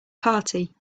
party